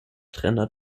trainer